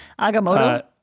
Agamotto